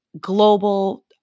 global